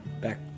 back